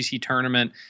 tournament